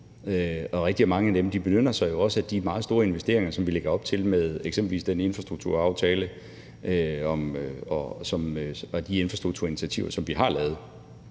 og rigtig mange af dem benytter sig jo også af de meget store investeringer, som vi lægger op til, f.eks. med den infrastrukturaftale og de infrastrukturinitiativer, som vi har lavet.